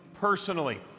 personally